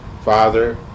Father